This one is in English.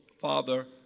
Father